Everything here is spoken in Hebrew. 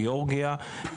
גיאורגיה,